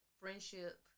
friendship